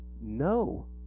no